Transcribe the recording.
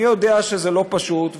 אני יודע שזה לא פשוט,